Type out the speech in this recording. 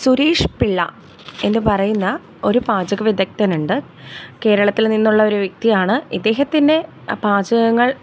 സുരേഷ് പിള്ള എന്ന് പറയുന്ന ഒരു പാചക വിദഗ്ദനുണ്ട് കേരളത്തിൽ നിന്നുള്ള ഒരു വ്യക്തിയാണ് ഇദ്ദേഹത്തിൻ്റെ പാചകങ്ങൾ